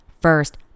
first